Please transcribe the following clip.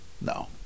No